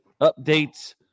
updates